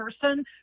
person